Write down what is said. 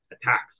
attacks